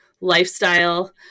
lifestyle